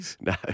No